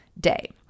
day